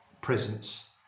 presence